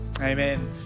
Amen